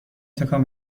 تکان